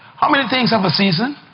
how many things have a season?